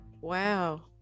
Wow